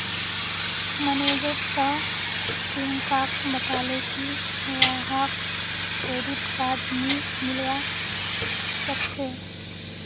manager टा प्रियंकाक बताले की वहाक क्रेडिट कार्ड नी मिलवा सखछे